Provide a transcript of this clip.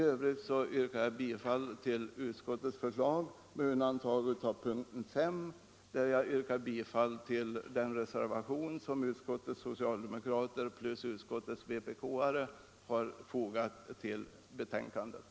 Jag yrkar bifall till utskottets hemställan med undantag av punkten 5, där jag yrkar bifall till den reservation som socialdemokraterna och vpk-representanten i utskottet har fogat till betänkandet.